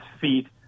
feet